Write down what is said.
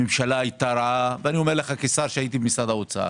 הממשלה הייתה רעה ואני אומר לך כשר במשרד האוצר.